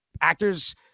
actors